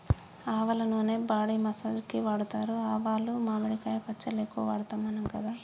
ఆవల నూనె body massage కి వాడుతారు ఆవాలు మామిడికాయ పచ్చళ్ళ ఎక్కువ వాడుతాం మనం కదా